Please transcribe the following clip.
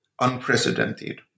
unprecedented